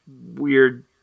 weird